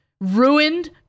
ruined